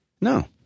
No